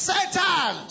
Satan